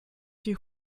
die